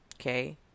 okay